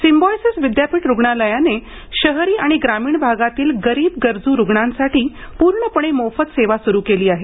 Symbiosis विद्यापीठ रुग्णालयाने शहरी आणि ग्रामीण भागातील गरीब गरजू रुग्णांसाठी पूर्णपणे मोफत सेवा सुरू केली आहे